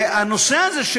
הנושא הזה,